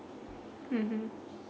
mm